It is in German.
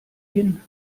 hin